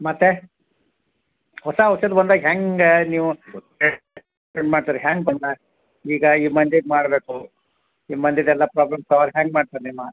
ಮತ್ತು ಹೊಸ ಹೊಸದ್ ಬಂದಾಗ ಹೇಗೆ ನೀವು ಮಾಡ್ತಿ ರೀ ಹೆಂಗೆ ಈಗ ಈ ಮಂದಿದು ಮಾಡಬೇಕು ಈ ಮಂದಿದೆಲ್ಲ ಪ್ರಾಬ್ಲೆಮ್ಸ್ ಸಾಲ್ವ್ ಹೆಂಗೆ ಮಾಡ್ತೀರ ನೀವು